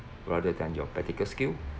rather than your practical skill